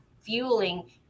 fueling